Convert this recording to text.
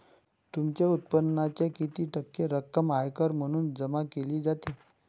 तुमच्या उत्पन्नाच्या किती टक्के रक्कम आयकर म्हणून जमा केली जाते?